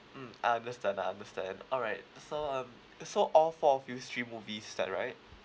mm I understand I understand alright so um so all four of you stream movies is that right